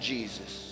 Jesus